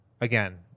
Again